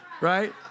right